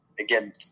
Again